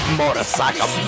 motorcycle